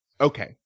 Okay